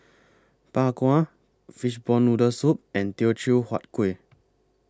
Bak Kwa Fishball Noodle Soup and Teochew Huat Kueh